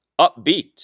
upbeat